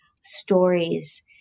stories